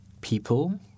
people